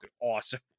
awesome